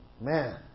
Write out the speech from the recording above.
Man